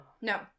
No